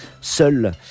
seul